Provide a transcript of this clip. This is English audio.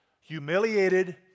humiliated